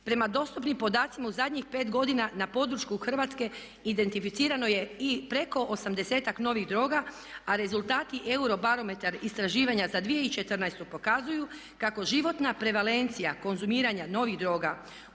Prema dostupnim podacima u zadnjih 5 godina na području Hrvatske identificirano je i preko 80-ak novih droga a rezultati Eurobarometar istraživanja za 2014. pokazuju kako životna prevalencija konzumiranja novih droga